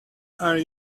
are